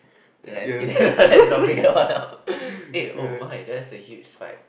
eh just kidding lah let's not bring one up eh oh my that's a huge spike